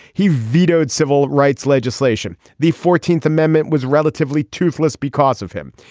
he vetoed civil rights legislation. the fourteenth amendment was relatively toothless because of him.